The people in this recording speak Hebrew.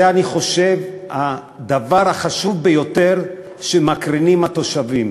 זה, אני חושב, הדבר החשוב ביותר שמקרינים התושבים.